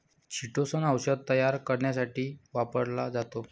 chitosan औषध तयार करण्यासाठी वापरला जातो